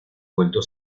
vuelto